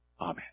Amen